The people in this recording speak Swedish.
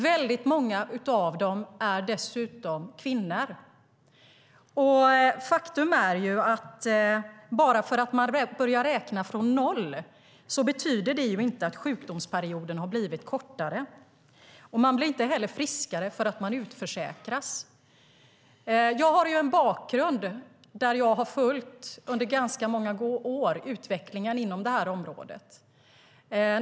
Väldigt många av dem är dessutom kvinnor. Bara för att man börjar räkna från noll betyder det ju inte att sjukdomsperioden har blivit kortare. Man blir inte heller friskare för att man utförsäkras. Jag har en bakgrund där jag under ganska många år har följt utvecklingen inom det här området.